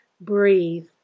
Breathe